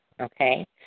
okay